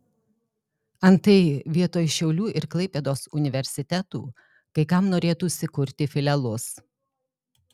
antai vietoj šiaulių ir klaipėdos universitetų kai kam norėtųsi kurti filialus